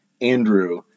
Andrew